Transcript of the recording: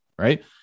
Right